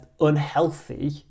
unhealthy